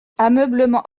ameublement